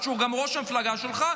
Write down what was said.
שהוא גם ראש המפלגה שלך,